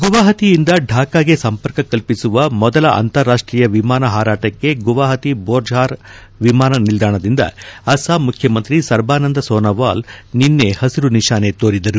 ಗುವಾಹಟಿಯಿಂದ ಢಾಕಾಗೆ ಸಂಪರ್ಕ ಕಲ್ಪಿಸುವ ಮೊದಲ ಅಂತಾರಾಷ್ಷೀಯ ವಿಮಾನ ಹಾರಾಟಕ್ಕೆ ಗುವಾಹಟ ಬೋರ್ಜ್ಹಾರ್ ವಿಮಾನನಿಲ್ದಾಣದಿಂದ ಅಸ್ಲಾಂ ಮುಖ್ಚುಮಂತ್ರಿ ಸರ್ಬಾನಂದ್ ಸೋನಾವಾಲ್ ನಿನ್ನೆ ಹಸಿರು ನಿಶಾನೆ ತೋರಿದರು